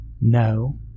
No